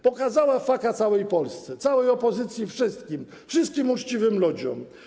Pokazała fucka całej Polsce, całej opozycji, wszystkim, wszystkim uczciwym ludziom.